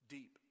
Deep